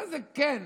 מה זה כן?